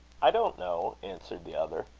i don't know answered the other.